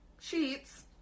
Sheets